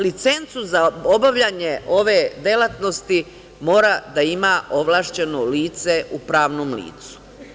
Licencu za obavljanje ove delatnosti mora da imam ovlašćeno lice u pravnom licu.